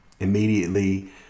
immediately